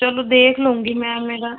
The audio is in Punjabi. ਚਲੋ ਦੇਖ ਲੂੰਗੀ ਮੈਂ ਮੇਰਾ